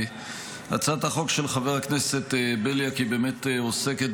הצעת החוק של חבר הכנסת בליאק באמת עוסקת